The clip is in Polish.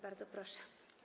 Bardzo proszę.